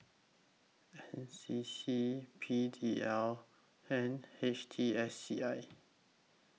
N C C P D L and H T S C I